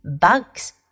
bugs